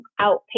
outpatient